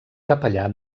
capellà